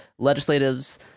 legislatives